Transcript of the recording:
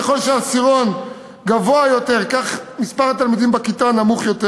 ככל שהעשירון גבוה יותר כך מספר התלמידים בכיתה קטן יותר.